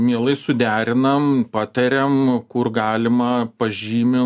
mielai suderinam patariam kur galima pažymim